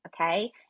okay